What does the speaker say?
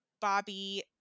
Bobby